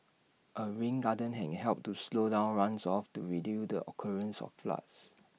A rain garden can help to slow down runoffs to reduce the occurrence of floods